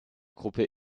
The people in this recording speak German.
gruppe